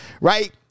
Right